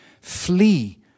Flee